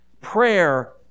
prayer